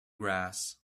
grass